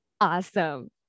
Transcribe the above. awesome